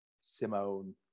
Simone